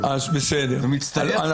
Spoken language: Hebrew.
אני מצטער.